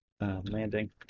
landing